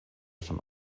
schon